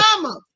mama